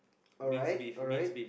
alright alright